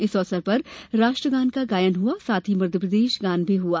इस अवसर पर राष्ट्रगान का गायन हुआ साथ ही मध्यप्रदेश गान भी हुआ